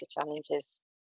challenges